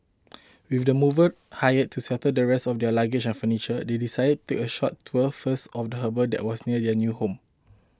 with the mover hired to settle the rest of their luggage and furniture they decided to take a short tour first of the harbour that was near their new home